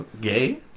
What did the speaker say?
Gay